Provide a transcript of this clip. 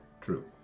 True